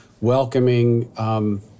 welcoming